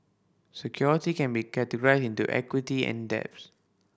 security can be categorized into equity and debts